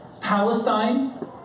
Palestine